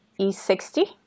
E60